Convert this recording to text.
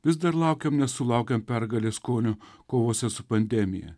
vis dar laukiam nesulaukiam pergalės skonio kovose su pandemija